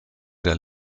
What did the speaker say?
der